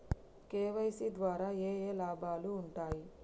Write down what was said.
KYC ద్వారా ఏఏ లాభాలు ఉంటాయి?